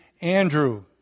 Andrew